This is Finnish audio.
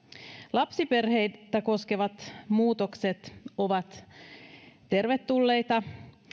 lapsiperheitä koskevat muutokset ovat tervetulleita